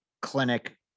clinic